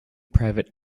private